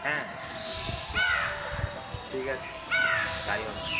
হ্যাঁ ঠিক ঠিক আছে তাই হবে